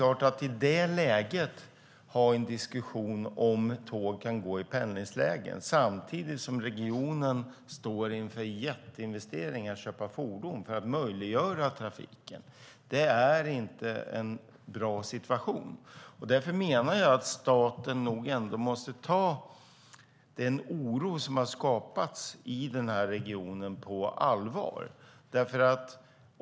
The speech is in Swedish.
Att ha en diskussion om huruvida tåg kan gå i pendlingslägen samtidigt som regionen står inför jätteinvesteringar i fordon för att möjliggöra trafiken är inte en bra situation. Staten måste ändå ta den oro som har skapats i regionen på allvar.